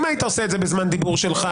אם היית עושה את זה בזמן הדיבור שלך,